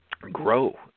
grow